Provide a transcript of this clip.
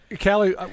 callie